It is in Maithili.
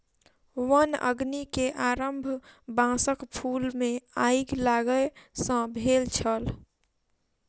वन अग्नि के आरम्भ बांसक फूल मे आइग लागय सॅ भेल छल